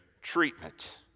treatment